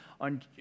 on